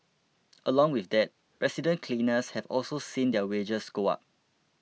along with that resident cleaners have also seen their wages go up